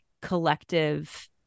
collective